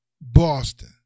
Boston